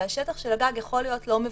והשטח של הגג יכול להיות לא מבוטל.